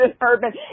Urban